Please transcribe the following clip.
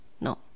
No